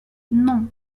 non